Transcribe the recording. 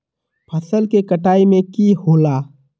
फसल के कटाई में की होला?